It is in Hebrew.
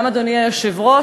גם אדוני היושב-ראש,